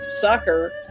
sucker